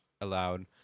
allowed